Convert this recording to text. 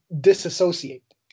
disassociate